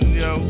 yo